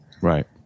Right